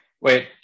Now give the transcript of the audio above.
Wait